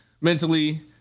mentally